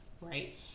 right